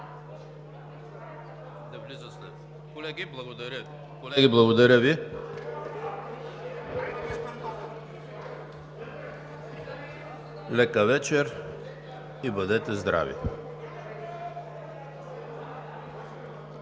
Колеги, благодаря Ви, лека вечер и бъдете здрави!